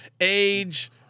age